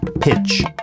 pitch